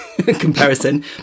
comparison